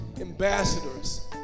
ambassadors